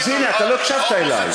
אז הנה, לא הקשבת לי.